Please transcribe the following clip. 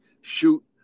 shoot